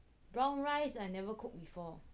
brown rice I never cook before